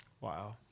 Wow